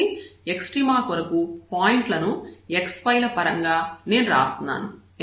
కాబట్టి ఎక్స్ట్రీమ కొరకు పాయింట్ లను x y విలువల పరంగా నేను రాస్తున్నాను